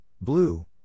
Blue